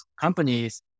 companies